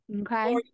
okay